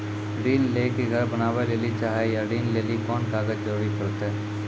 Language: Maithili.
ऋण ले के घर बनावे लेली चाहे या ऋण लेली कोन कागज के जरूरी परतै?